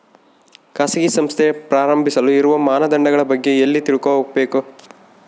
ಖಾಸಗಿ ಸಂಸ್ಥೆ ಪ್ರಾರಂಭಿಸಲು ಇರುವ ಮಾನದಂಡಗಳ ಬಗ್ಗೆ ಎಲ್ಲಿ ತಿಳ್ಕೊಬೇಕು?